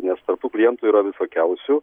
nes tarp tų klientų yra visokiausių